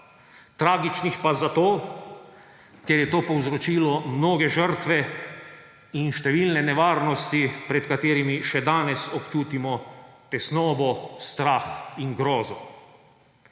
tragičnih pa zato, ker je to povzročilo mnoge žrtve in številne nevarnosti, pred katerimi še danes občutimo tesnobo, strah in grozo.